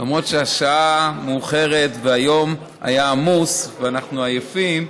למרות שהשעה מאוחרת והיום היה עמוס ואנחנו עייפים,